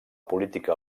política